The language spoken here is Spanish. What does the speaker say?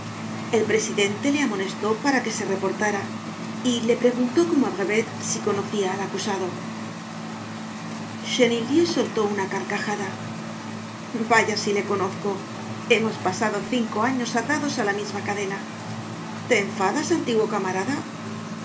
el presidente le amonestó para que se reportara y le preguntó como á brevet si conocia al acusado chenildieu soltó una carcajada vaya si le conozco hemos pasado cinco años atados á la misma cadena te enfadas antiguo camarada